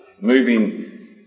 moving